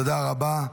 תודה רבה.